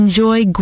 Enjoy